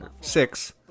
six